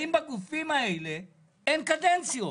האם בגופים האלה אין קדנציות?